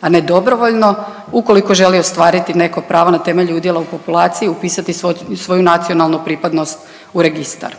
a ne dobrovoljno ukoliko želi ostvariti neko pravo na temelju udjela u populaciji, upisati svoju nacionalnu pripadnost u registar.